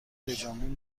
بجنبین